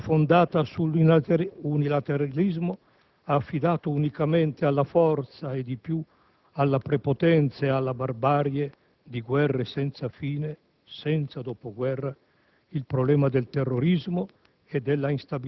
la sconfitta di una linea, la quale, fondata sull'unilateralismo ha affidato unicamente alla forza e, di più, alla prepotenza e alla barbarie di guerre senza fine, senza dopoguerra,